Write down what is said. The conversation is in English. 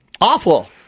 Awful